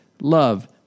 love